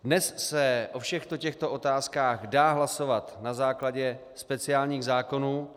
Dnes se o všech těchto otázkách dá hlasovat na základě speciálních zákonů.